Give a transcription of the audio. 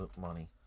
money